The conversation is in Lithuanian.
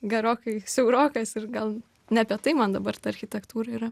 gerokai siaurokas ir gal ne apie tai man dabar ta architektūra yra